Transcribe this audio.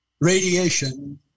radiation